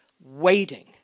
waiting